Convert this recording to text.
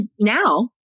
now